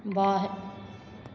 वाह